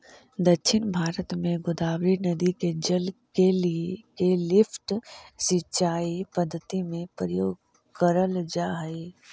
दक्षिण भारत में गोदावरी नदी के जल के लिफ्ट सिंचाई पद्धति में प्रयोग करल जाऽ हई